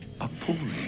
appalling